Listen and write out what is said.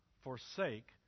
forsake